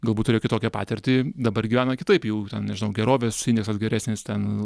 galbūt turėjo kitokią patirtį dabar gyvena kitaip jau ten gerovės indeksas geresnis ten